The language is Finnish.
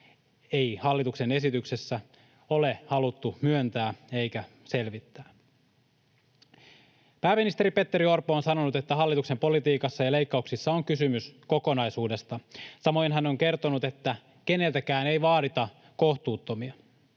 ei hallituksen esityksessä ole haluttu myöntää eikä selvittää. Pääministeri Petteri Orpo on sanonut, että hallituksen politiikassa ja leikkauksissa on kysymys kokonaisuudesta. Samoin hän on kertonut, että keneltäkään ei vaadita kohtuuttomia.